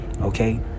okay